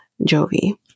Jovi